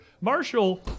Marshall